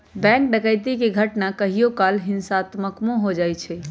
bank डकैती के घटना कहियो काल हिंसात्मको हो जाइ छइ